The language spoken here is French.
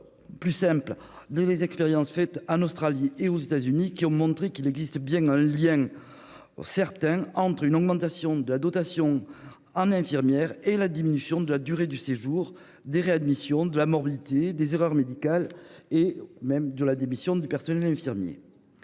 ont été réalisées en Australie et aux États-Unis. Elles ont montré qu'il existait un lien certain entre l'augmentation de la dotation en infirmières et la diminution de la durée du séjour, des réadmissions, de la morbidité, des erreurs médicales, et, même, des démissions dans le personnel infirmier.